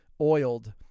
oiled